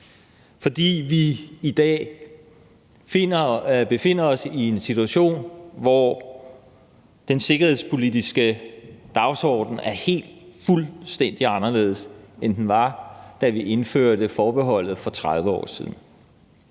for vi befinder os i dag i en situation, hvor den sikkerhedspolitiske dagsorden er fuldstændig anderledes, end den var, da vi indførte forbeholdet for 30 år siden.